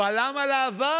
אבל למה לעבר?